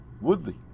Woodley